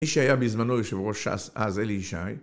מי שהיה בזמנו יושב ראש ש"ס, אז אלי ישי,